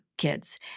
kids